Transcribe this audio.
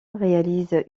réalise